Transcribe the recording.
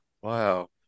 wow